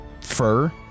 fur